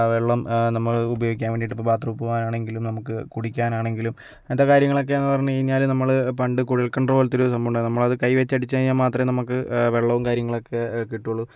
വെള്ളം നമ്മള് ഉപയോഗിക്കാൻ വേണ്ടീട്ട് ഇപ്പം ബാത്രൂം പോകാനാണെങ്കിലും നമുക്ക് കുടിക്കാനാണെങ്കിലും അങ്ങനത്തെ കാര്യങ്ങളിലൊക്കെന്ന് പറഞ്ഞ് കഴിഞ്ഞാല് നമ്മള് പണ്ട് കുഴൽ കിണറ് പോൽത്തൊരു സംഭവം ഉണ്ട് നമ്മളത് കൈ വെച്ചടിച്ച് കഴിഞ്ഞാൽ മാത്രമെ നമുക്ക് വെള്ളവും കാര്യങ്ങളൊക്കെ കിട്ടുകയുള്ളു